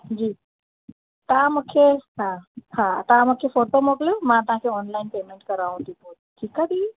जी तव्हां मूंखे हा हा तव्हां मूंखे फ़ोटो मोकिलियो मां तव्हांखे ऑनलाइन पेमेंट कयांव थी पोइ ठीकु आहे दीदी